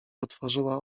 otworzyła